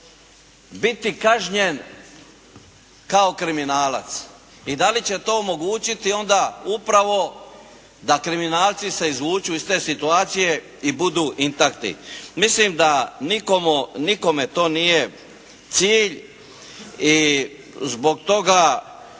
biti kažnjen kao kriminalac i da li će to omogućiti onda upravo da kriminalci se izvuču iz te situacije i budu …/Govornik se ne razumije./… Mislim da nikome to nije cilj i zbog toga